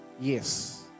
Yes